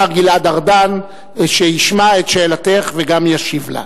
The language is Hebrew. השר גלעד ארדן, שישמע את שאלתך וגם ישיב לה.